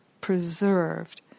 preserved